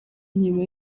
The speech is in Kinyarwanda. nyuma